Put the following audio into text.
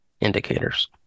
indicators